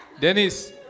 Dennis